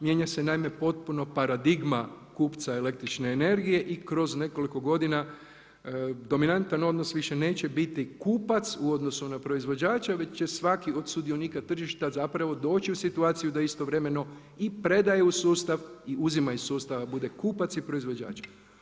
Mijenja se naime potpuno paradigma kupca električne energije i kroz nekoliko godina dominantan odnos više neće biti kupac u odnosu na proizvođača već će svaki od sudionika tržišta zapravo doći u situaciju da istovremeno i predaje u sustav i uzima iz sustava, bude kupac i proizvođač.